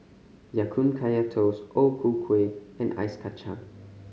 Ya Kun Kaya Toast O Ku Kueh and Ice Kachang